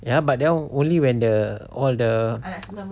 ya but that one only when the all the ah